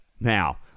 Now